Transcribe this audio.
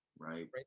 Right